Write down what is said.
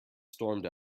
stormed